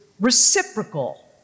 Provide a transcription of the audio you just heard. reciprocal